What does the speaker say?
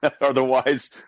Otherwise